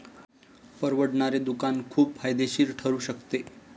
परवडणारे दुकान खूप फायदेशीर ठरू शकते